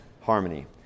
harmony